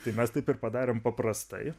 tai mes taip ir padarėm paprastai